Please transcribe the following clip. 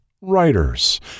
writers